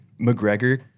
mcgregor